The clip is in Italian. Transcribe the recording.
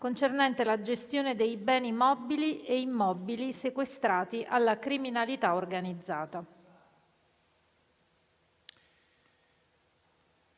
finestra") sulla gestione dei beni mobili e immobili sequestrati alla criminalità organizzata.